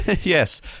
Yes